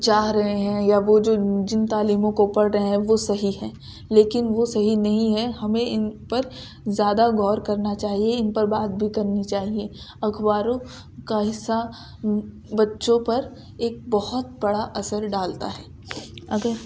چاہ رہے ہیں یا وہ جن تعلیموں کو پڑھ رہے ہیں وہ صحیح ہیں لیکن وہ صحیح نہیں ہیں ہمیں ان پر زیادہ غور کرنا چاہیے ان پر بات بھی کرنی چاہیے اخباروں کا حِصّہ بچوں پر ایک بہت بڑا اثر ڈالتا ہے اگر